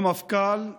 המפכ"ל צדק: